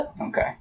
Okay